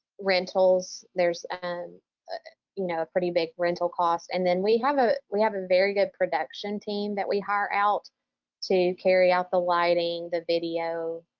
rentals, there's and you know a pretty big rental cost and then we have ah we have a very good production team that we hire out to carry out the lighting, the video,